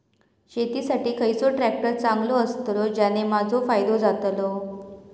शेती साठी खयचो ट्रॅक्टर चांगलो अस्तलो ज्याने माजो फायदो जातलो?